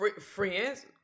friends